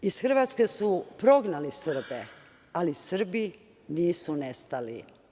Iz Hrvatske su prognali Srbe, ali Srbi nisu nestali.